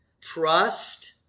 trust